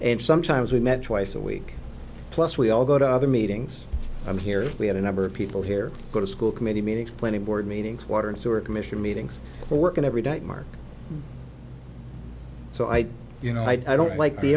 and sometimes we met twice a week plus we all go to other meetings i'm here we had a number of people here go to school committee meetings planning board meetings water and sewer commission meetings or working every night mark so i you know i don't like the